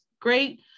great